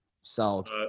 Sold